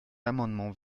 amendement